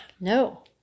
No